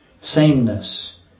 Sameness